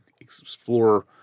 explore